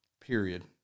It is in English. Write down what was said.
period